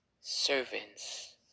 servants